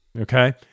Okay